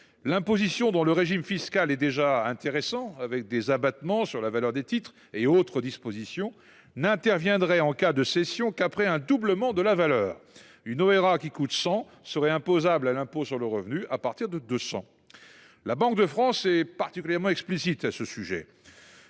de cession, dont le régime fiscal est déjà intéressant – abattements sur la valeur des titres et autres dispositions –, n’interviendrait qu’en cas de doublement de la valeur. Une ORA qui a coûté 100 serait imposable à l’impôt sur le revenu à partir d’une valeur de 200. La Banque de France est particulièrement explicite à ce sujet